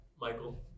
Michael